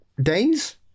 days